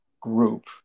group